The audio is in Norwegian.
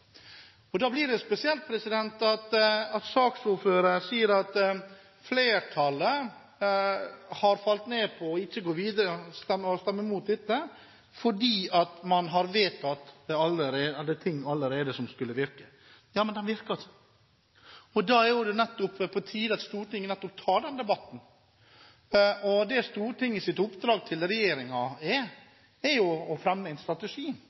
Da blir det spesielt at saksordføreren sier at flertallet har falt ned på ikke å gå videre, og stemmer imot dette, fordi man allerede har vedtatt ting som skulle virke. Jammen de virker ikke, og da er det jo nettopp på tide at Stortinget tar den debatten. Stortingets oppdrag til regjeringen er jo at regjeringen fremmer en strategi for Stortinget, slik at vi da kan debattere det her. Da kan regjeringen fremme sin strategi,